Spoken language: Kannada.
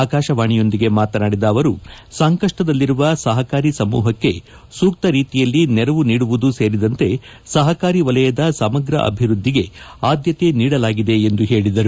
ಆಕಾಶವಾಣಿಯೊಂದಿಗೆ ಮಾತನಾಡಿದ ಅವರು ಸಂಕಷ್ಟದಲ್ಲಿರುವ ಸಹಕಾರಿ ಸಮೂಹಕ್ಕೆ ಸೂಕ್ತ ರೀತಿಯಲ್ಲಿ ನೆರವು ನೀಡುವುದು ಸೇರಿದಂತೆ ಸಹಕಾರಿ ವಲಯದ ಸಮಗ್ರ ಅಭಿವೃದ್ದಿಗೆ ಆದ್ಯತೆ ನೀಡಲಾಗಿದೆ ಎಂದು ಅವರು ಹೇಳಿದ್ದಾರೆ